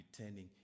returning